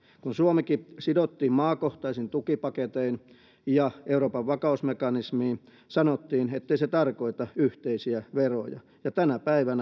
kun suomikin sidottiin maakohtaisiin tukipaketteihin ja euroopan vakausmekanismiin sanottiin ettei se tarkoita yhteisiä veroja tänä päivänä